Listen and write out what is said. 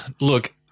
look